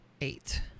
eight